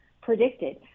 predicted